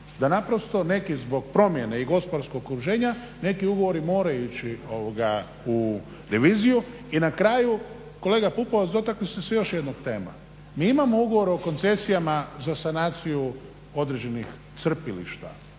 da naprosto neki zbog promjene i gospodarskog okruženja neki ugovori moraju ići u reviziju. I na kraju, kolega Pupovac dotakli ste se još jedne teme. Mi imamo ugovor o koncesijama za sanaciju određenih crpilišta,